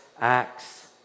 acts